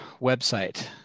website